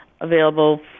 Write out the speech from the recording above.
available